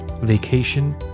Vacation